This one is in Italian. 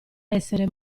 essere